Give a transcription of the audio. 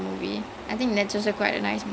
okay so